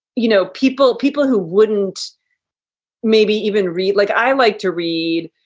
you know, people people who wouldn't maybe even read like i like to read